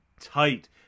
tight